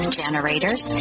generators